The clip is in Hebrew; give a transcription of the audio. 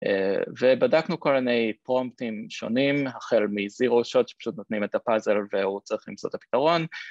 אה.. ובדקנו כל מיני פרומפטים שונים, החל מzero-shot שפשוט נותנים את הפאזל והוא צריך למצוא את הפתרון